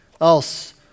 else